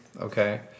okay